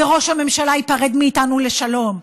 וראש הממשלה ייפרד מאיתנו לשלום.